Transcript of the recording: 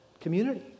community